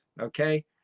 Okay